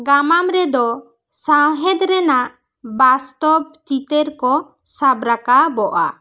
ᱜᱟᱢᱟᱢ ᱨᱮᱫᱚ ᱥᱟᱶᱦᱮᱫ ᱨᱮᱱᱟᱜ ᱵᱟᱥᱛᱚᱵᱽ ᱪᱤᱛᱟᱹᱨ ᱠᱚ ᱥᱟᱵ ᱨᱟᱠᱟᱵᱚᱜᱼᱟ